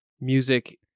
music